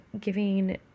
giving